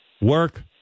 work